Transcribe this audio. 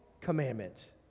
commandment